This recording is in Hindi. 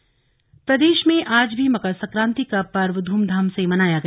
मकर संक्रांति प्रदेश में आज भी मकर संक्रांति का पर्व धूमधाम से मनाया गया